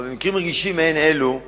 אבל במקרים רגישים מעין אלו אמרנו,